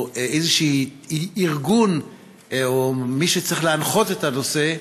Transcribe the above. או איזשהו ארגון או מי שצריך להנחות את הנושא,